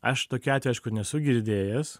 aš tokiu atveju aš nesu girdėjęs